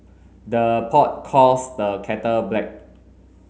the pot calls the kettle black